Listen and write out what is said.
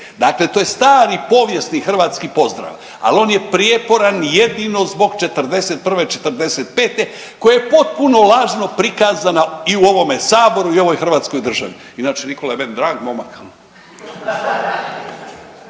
Dakle to je stari povijesni hrvatski pozdrav, ali on je prijeporan i jedino zbog '41.-'45. koje je potpuno lažno prikazana i u ovome Saboru i u ovoj hrvatskoj državi. Inače, Nikola je meni drag momak.